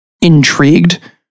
intrigued